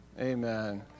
Amen